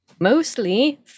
mostly